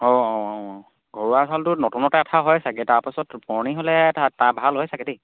অ অঁ অঁ অঁ ঘৰুৱা চাউলটো নতুনতে এঠা হয় চাগে তাৰপাছত পুৰণি হ'লে তাত তাৰ ভাল হয় চাগে দেই